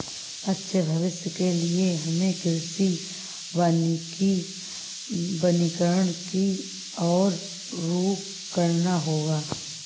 अच्छे भविष्य के लिए हमें कृषि वानिकी वनीकरण की और रुख करना होगा